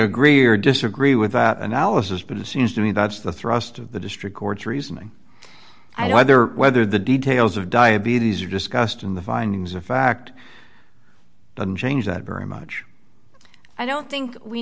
agree or disagree with that analysis but it seems to me that's the thrust of the district court's reasoning either whether the details of diabetes are discussed in the findings of fact doesn't change that very much i don't think we